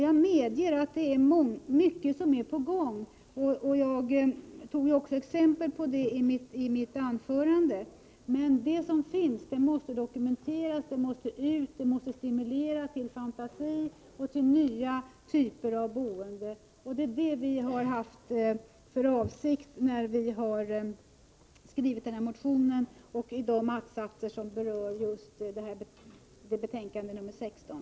Jag medger att mycket är på gång och gav också exempel på det i mitt anförande. Det som finns måste dokumenteras, det måste ut och det måste stimulera till fantasi och till nya typer av boende. Vi har haft den avsikten när vi har skrivit den här motionen och de att-satser som berör just betänkande 16.